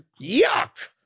Yuck